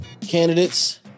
candidates